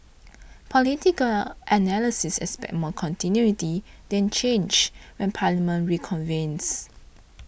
political analysts expect more continuity than change when Parliament reconvenes